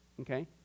okay